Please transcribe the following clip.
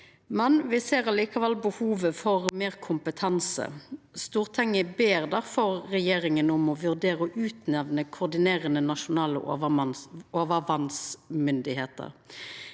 men me ser likevel behovet for meir kompetanse. Stortinget ber difor regjeringa om å vurdera å utnemna koordinerande nasjonale overvassmyndigheiter.